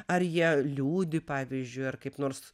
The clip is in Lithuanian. ar jie liūdi pavyzdžiui ar kaip nors